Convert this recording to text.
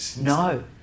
No